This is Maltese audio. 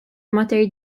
mater